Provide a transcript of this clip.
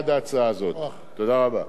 רבותי, תם הדיון.